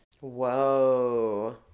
Whoa